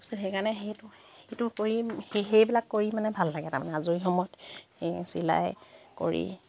সেইকাৰণে সেইটো সেইটো কৰি সেই সেইবিলাক কৰি মানে ভাল লাগে তাৰমানে আজৰি সময়ত সেই চিলাই কৰি